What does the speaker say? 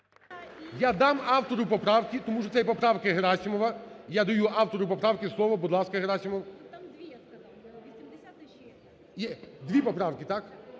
Я дам автору поправки, тому що це є поправка Герасимова. Я даю автору поправки слово. Будь ласка, Герасимов. Дві поправки, так?